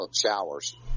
showers